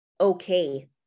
okay